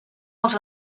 els